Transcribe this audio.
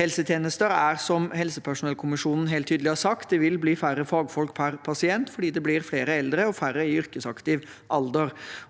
helsetjenester er, som helsepersonellkommisjonen helt tydelig har sagt, at det vil bli færre fagfolk per pasient fordi det blir flere eldre og færre i yrkesaktiv alder.